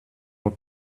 more